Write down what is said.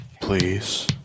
please